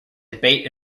debate